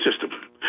system